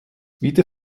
wieder